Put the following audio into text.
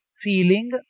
feeling